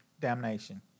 damnation